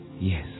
yes